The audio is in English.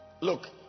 Look